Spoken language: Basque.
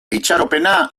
itxaropena